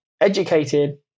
educated